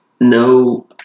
no